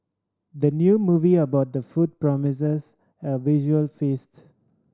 the new movie about food promises a visual feast